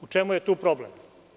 U čemu je tu problem?